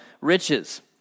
riches